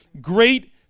great